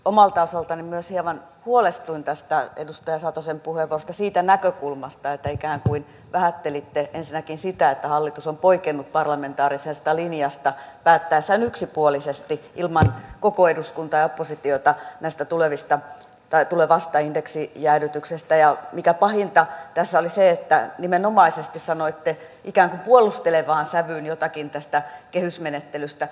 omalta osaltani myös hieman huolestuin tästä edustaja satosen puheenvuorosta siitä näkökulmasta että ikään kuin vähättelitte ensinnäkin sitä että hallitus on poikennut parlamentaarisesta linjasta päättäessään yksipuolisesti ilman koko eduskuntaa ja oppositiota tästä tulevasta indeksijäädytyksestä ja pahinta tässä oli se että nimenomaisesti sanoitte ikään kuin puolustelevaan sävyyn jotakin tästä kehysmenettelystä